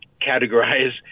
categorize